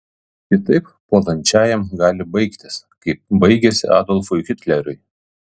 kitaip puolančiajam gali baigtis kaip baigėsi adolfui hitleriui